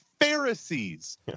Pharisees